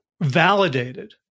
validated